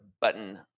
button